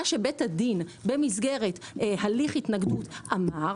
מה שבית הדין במסגרת הליך התנגדות אמר,